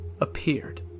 appeared